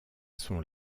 sont